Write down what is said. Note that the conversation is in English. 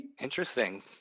Interesting